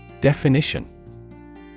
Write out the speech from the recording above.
Definition